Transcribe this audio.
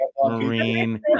Marine